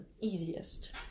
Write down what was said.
easiest